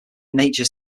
nature